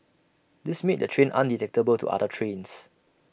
this made the train undetectable to other trains